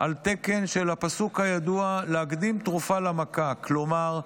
על תקן של הביטוי הידוע להקדים תרופה למכה, כלומר,